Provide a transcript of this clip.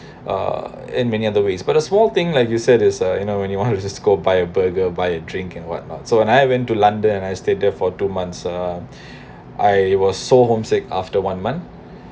uh in many other ways but a small thing like you said is uh you know when you want go to cisco buy a burger buy a drink and what so when I went to london and I stayed there for two months uh I was so homesick after one month